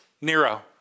Nero